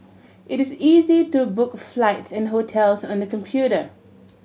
it is easy to book flights and hotels on the computer